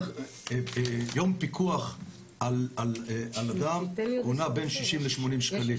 יום פיקוח על אדם נע בין 60 ל-80 שקלים,